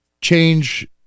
change